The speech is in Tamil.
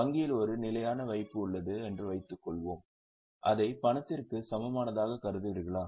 வங்கியில் ஒரு நிலையான வைப்பு உள்ளது என்று வைத்துக்கொள்வோம் அதை பணத்திற்கு சமமானதாக கருதுவீர்களா